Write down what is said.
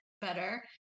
better